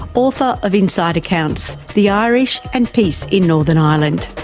author of inside accounts the irish and peace in northern ireland.